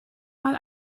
mal